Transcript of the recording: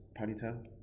Ponytail